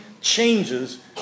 changes